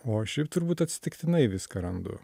o šiaip turbūt atsitiktinai viską randu